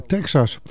Texas